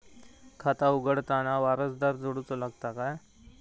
खाता उघडताना वारसदार जोडूचो लागता काय?